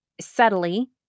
subtly